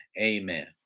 amen